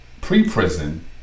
pre-prison